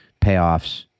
Payoffs